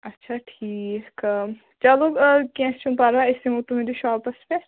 اَچھا ٹھیٖک چَلو کیٚنٛہہ چھُنہٕ پَرواے أسۍ یِمو تُہنٛدِس شاپس پٮ۪ٹھ